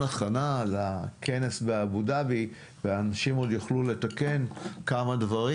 הכנה לכנס באבו-דאבי ואנשים עוד יוכלו לתקן כמה דברים.